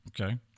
okay